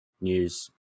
news